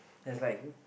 there's like